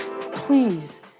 Please